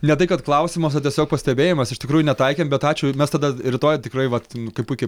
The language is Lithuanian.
ne tai kad klausimas o tiesiog pastebėjimas iš tikrųjų netaikėm bet ačiū ir mes tada rytoj tikrai vat kaip puikiai